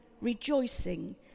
rejoicing